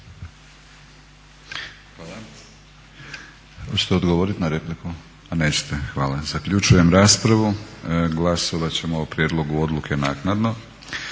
Hvala.